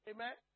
Amen